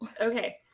Okay